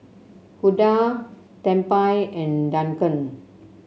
Hulda Tempie and Duncan